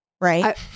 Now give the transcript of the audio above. right